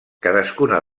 cadascuna